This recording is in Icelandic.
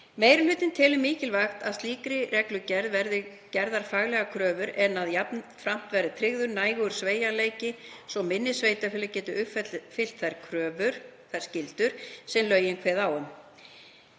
Meiri hlutinn telur mikilvægt að í slíkri reglugerð verði gerðar faglegar kröfur en að jafnframt verði tryggður nægur sveigjanleiki svo minni sveitarfélög geti uppfyllt þær skyldur sem lögin kveða á um.